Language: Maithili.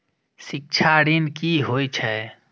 शिक्षा ऋण की होय छै?